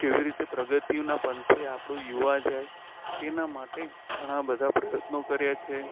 કેવી રીતે પ્રગતિઓના પંથે આપણો યુવા જાય તેના માટે ઘણા બધા પ્રયત્નો કર્યા છે